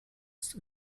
ist